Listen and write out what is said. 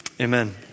amen